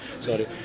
Sorry